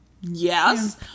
Yes